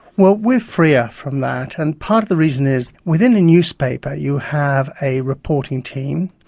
we're we're freer from that, and part of the reason is within a newspaper you have a reporting team,